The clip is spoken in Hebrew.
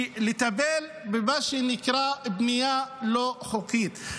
לטפל במה שנקרא בנייה לא חוקית.